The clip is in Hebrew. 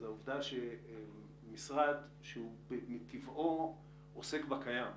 זה העובדה שמשרד שהוא מטבעו עוסק בקיים,